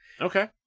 Okay